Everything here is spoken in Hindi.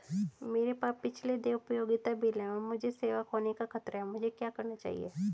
मेरे पास पिछले देय उपयोगिता बिल हैं और मुझे सेवा खोने का खतरा है मुझे क्या करना चाहिए?